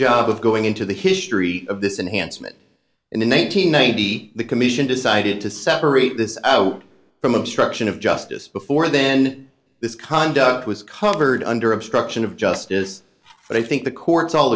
job of going into the history of this and handsome it in the one nine hundred ninety the commission decided to separate this out from obstruction of justice before then this conduct was covered under obstruction of justice but i think the courts all